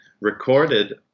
recorded